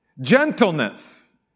Gentleness